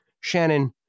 Shannon